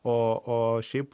o o šiaip